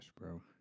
bro